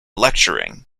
lecturing